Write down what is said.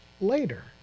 later